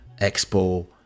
Expo